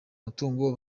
mutungo